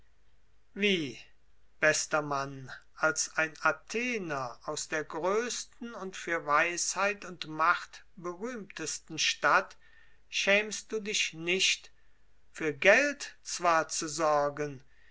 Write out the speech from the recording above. wie bester mann als ein athener aus der größten und für weisheit und macht berühmtesten stadt schämst du dich nicht für geld zwar zu sorgen